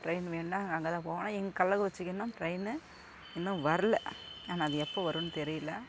train வேணும்னால் நான் அங்கே தான் போவேன் ஆனால் எங்க கள்ளக்குறிச்சிக்கு இன்னும் ட்ரெயினு இன்னும் வர்லை ஆனால் அது எப்போ வரும்னு தெரியல